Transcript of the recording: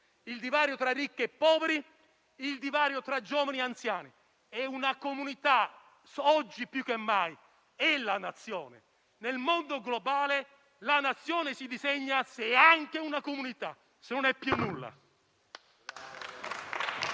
il divario tra ricchi e poveri; il divario tra giovani e anziani. Una comunità, oggi, più che mai è la Nazione. Nel mondo globale, la Nazione si disegna se è anche una comunità: altrimenti, non è più nulla!